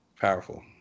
powerful